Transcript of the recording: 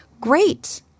Great